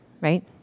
right